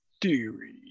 Theory